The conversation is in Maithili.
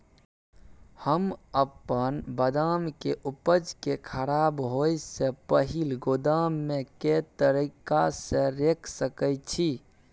हम अपन बदाम के उपज के खराब होय से पहिल गोदाम में के तरीका से रैख सके छी?